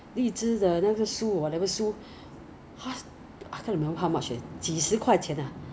我们 hor it's it's more like most Singapore Singapore right Singaporeans go overseas right ha ha Singapore everyday still so high